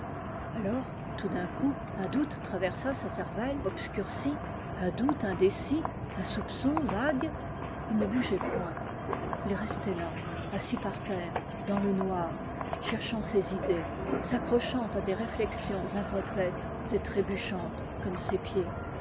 alors tout d'un coup un doute traversa sa cervelle obscurcie un doute indécis un soupçon vague ii ne bougeait point il restait là assis par terre dans le noir cherchant ses idées s'accrochant à des réllexions incomplètes et trébuchantes comme ses pieds